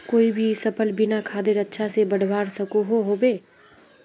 कोई भी सफल बिना खादेर अच्छा से बढ़वार सकोहो होबे?